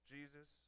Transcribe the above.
Jesus